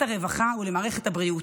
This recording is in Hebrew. למערכת הרווחה ולמערכת הבריאות.